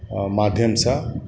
माध्यमसँ